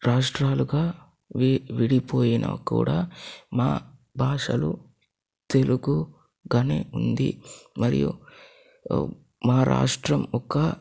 రాష్ట్రాలుగా విడి విడిపోయిన కూడా మా భాషలో తెలుగు అనే ఉంది మరియు మా రాష్ట్రం ఒక